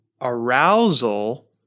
arousal